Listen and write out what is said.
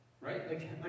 Right